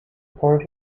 point